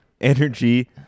energy